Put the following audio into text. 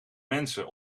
mensen